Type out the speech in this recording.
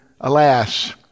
Alas